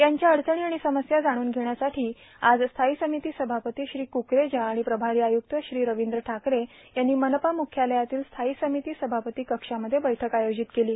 त्यांच्या अडचणी र्आण समस्या जाणून घेण्यासाठां आज स्थायी र्सामती सभापती श्री वीरद्र कूकरेजा र्आण प्रभारां आयुक्त श्री रवींद्र ठाकरे यांनी मनपा मुख्यालयातील स्थायी र्सामती सभापती कक्षामध्ये बैठक आयोजित केलो